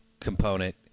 component